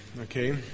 okay